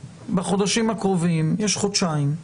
בחודשים הקרובים, יש חודשיים,